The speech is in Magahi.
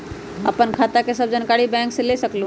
आपन खाता के सब जानकारी बैंक से ले सकेलु?